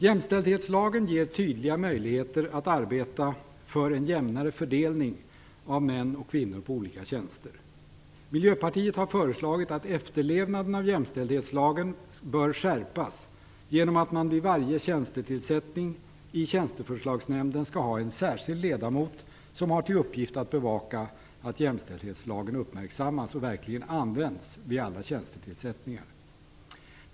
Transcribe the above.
Jämställdhetslagen ger tydliga möjligheter att arbeta för en jämnare fördelning av män och kvinnor på olika tjänster. Miljöpartiet har föreslagit att efterlevnaden av jämställdhetslagen bör skärpas genom att man vid varje tjänstetillsättning i tjänsteförslagsnämnden skall ha en särskild ledamot som har till uppgift att bevaka att jämställdhetslagen uppmärksammas och verkligen används vid alla tjänstetillsättningar.